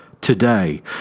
Today